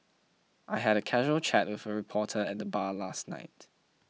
I had a casual chat with a reporter at the bar last night